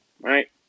right